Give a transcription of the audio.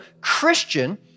Christian